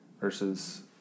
versus